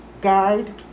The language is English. guide